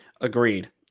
Agreed